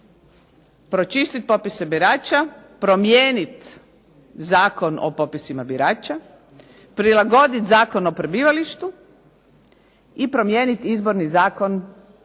pročisti popise birača, promijeniti Zakon o popisima birača, prilagoditi Zakon o prebivalištu i promijeniti Izborni zakon za